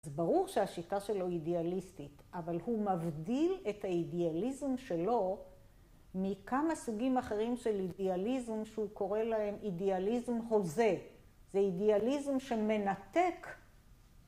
זה ברור שהשיטה שלו אידיאליסטית, אבל הוא מבדיל את האידיאליזם שלו מכמה סוגים אחרים של אידיאליזם שהוא קורא להם אידיאליזם הוזה. זה אידיאליזם שמנתק,